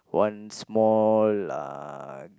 one small lah